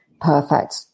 perfect